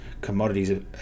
Commodities